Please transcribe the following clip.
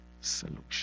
solution